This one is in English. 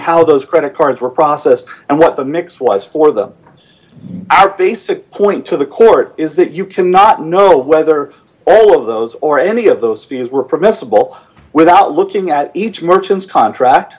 how those credit cards were processed and what the mix was for them our basic point to the court is that you cannot know whether all of those or any of those fees were permissible without looking at each merchant's contract